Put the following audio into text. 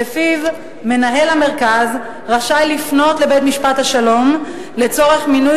שלפיו מנהל המרכז רשאי לפנות לבית-משפט שלום לצורך מינוי